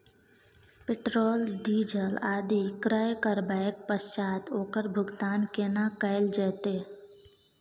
Petrol, diesel आदि क्रय करबैक पश्चात ओकर भुगतान केना कैल जेतै?